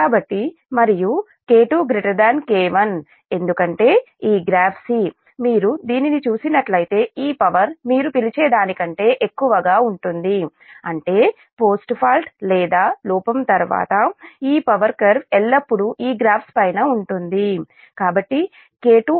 కాబట్టి మరియు K2 K1 ఎందుకంటే ఈ గ్రాఫ్ C మీరు దీనిని చూసినట్లయితే ఈ పవర్ మీరు పిలిచే దానికంటే ఎక్కువ గా ఉంటుంది అంటే పోస్ట్ ఫాల్ట్ లేదా లోపం తరువాత ఈ పవర్ కర్వ్ ఎల్లప్పుడూ ఈ గ్రాఫ్స్ పైన ఉంటుంది